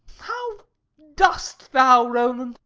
how dost thou rowland?